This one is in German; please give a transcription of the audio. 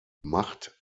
macht